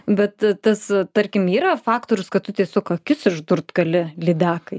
bet tas tarkim yra faktorius kad tu tiesiog akis išdurt gali lydekai